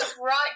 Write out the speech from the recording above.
right